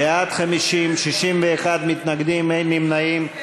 בעד, 50, 61 מתנגדים, אין נמנעים.